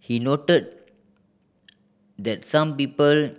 he noted that some people